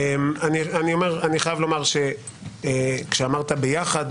אני חייב לומר שכשאמרת ביחד,